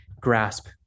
grasp